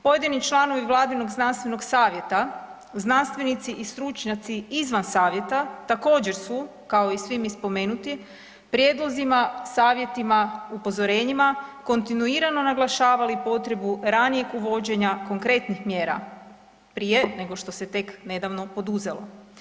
Pojedini članovi Vladinog znanstvenog savjeta, znanstvenici i stručnjaci izvan savjeta također su kao i svi mi spomenuti prijedlozima, savjetima, upozorenjima kontinuirano naglašavali potrebu ranijeg uvođenja konkretnih mjera, prije nego što se tek nedavno poduzelo.